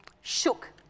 shook